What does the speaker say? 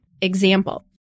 Example